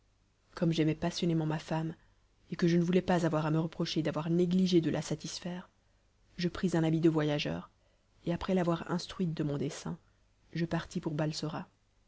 comme j'aimais passionnément ma femme et que je ne voulais pas avoir à me reprocher d'avoir négligé de la satisfaire je pris un habit de voyageur et après l'avoir instruite de mon dessein je partis pour balsora